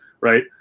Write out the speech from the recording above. right